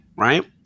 Right